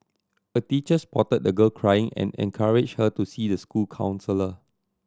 a teacher spotted the girl crying and encouraged her to see the school counsellor